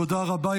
תודה רבה.